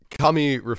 Kami